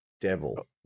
devil